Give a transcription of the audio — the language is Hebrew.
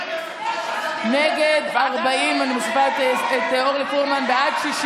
אני מוסיפה את חברת הכנסת אורלי פרומן: בעד,